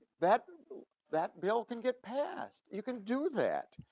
that that bill can get passed, you can do that.